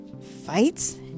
Fights